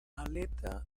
aleta